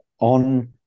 on